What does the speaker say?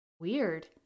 Weird